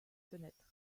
fenêtres